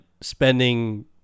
spending